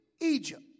Egypt